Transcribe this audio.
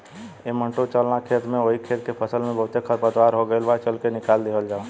ऐ मंटू चल ना खेत में ओह खेत के फसल में बहुते खरपतवार हो गइल बा, चल के निकल दिहल जाव